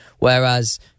Whereas